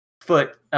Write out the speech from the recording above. foot